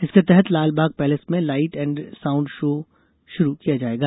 इसके तहत लालबाग पैलेस में लाइट एंड साउंड शो शुरू किया जाएगा